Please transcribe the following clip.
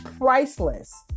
priceless